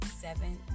seven